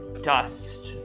dust